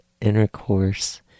intercourse